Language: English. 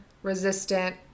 resistant